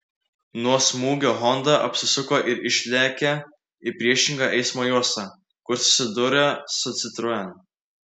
nuo smūgio honda apsisuko ir išlėkė į priešingą eismo juostą kur susidūrė su citroen